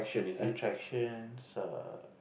attractions err